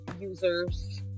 users